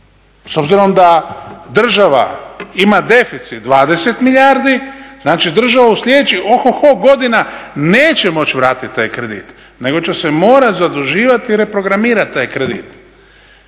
S obzirom da država ima deficit 20 milijardi, znači država u sljedećih ohoho godina neće moći vratiti taj kredit, nego će se morati zaduživati i reprogramirati taj kredit.